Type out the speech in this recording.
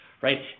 right